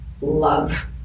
Love